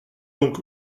donc